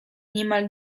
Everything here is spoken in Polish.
niemal